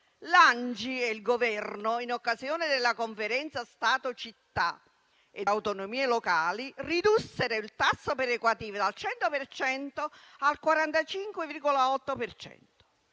L'ANCI e il Governo, in occasione della Conferenza Stato-città ed autonomie locali, ridussero il tasso perequativo dal 100 per